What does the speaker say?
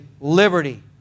liberty